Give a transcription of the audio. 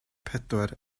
pedwar